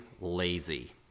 lazy